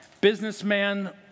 businessman